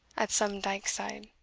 at some dike side.